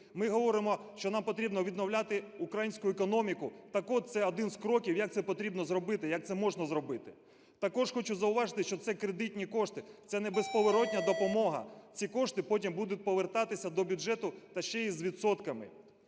Ми говоримо, що нам потрібно відновляти українську економіку. Так от, це один з кроків як це потрібно зробити, як це можна зробити. Також хочу зауважити, що це кредитні кошти, це не безповоротна допомога, ці кошти потім будуть повертатися до бюджету та ще і з відсотками.